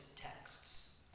texts